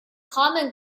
common